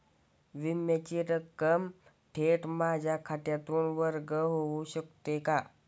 विम्याची रक्कम थेट माझ्या खात्यातून वर्ग होऊ शकते का?